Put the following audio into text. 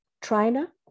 trainer